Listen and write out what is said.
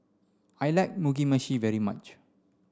I like Mugi meshi very much